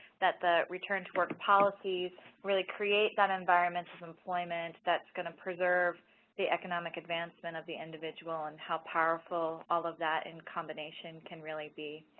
that the return to work policies really create that environment of employment that is going to preserve the economic advancement of the individual and how powerful all of that in combination can really be.